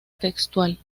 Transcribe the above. textual